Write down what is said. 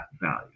value